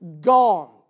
gone